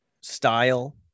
style